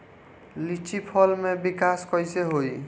लीची फल में विकास कइसे होई?